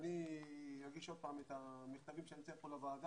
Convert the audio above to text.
אני אגיש עוד פעם את המכתבים שאני צריך פה לוועדה